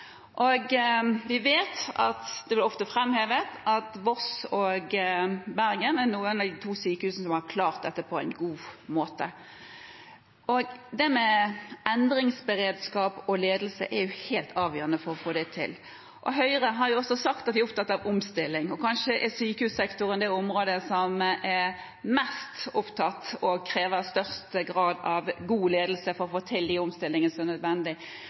pasientene. Vi vet, og det blir ofte framhevet, at Voss og Bergen er to av de sykehusene som har klart dette på en god måte. Endringsberedskap og ledelse er jo helt avgjørende for å få dette til. Høyre har også sagt at de er opptatt av omstilling. Kanskje er sykehussektoren det området som er mest opptatt med omstilling, og krever størst grad av god ledelse for å få til de omstillingene som er